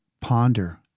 ponder